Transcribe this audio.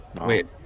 Wait